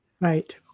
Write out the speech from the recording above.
Right